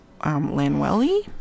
Lanwelly